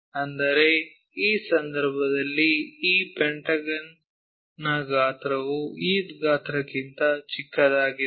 ಅಂದರೆ ಈ ಸಂದರ್ಭದಲ್ಲಿ ಈ ಪೆಂಟಗನ್ ನ ಗಾತ್ರವು ಈ ಗಾತ್ರಕ್ಕಿಂತ ಚಿಕ್ಕದಾಗಿದೆ